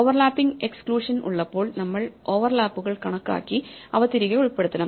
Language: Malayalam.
ഓവർലാപ്പിങ് എക്സ്ക്ളൂഷൻ ഉള്ളപ്പോൾ നമ്മൾ ഓവർലാപ്പുകൾ കണക്കാക്കി അവ തിരികെ ഉൾപ്പെടുത്തണം